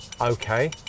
Okay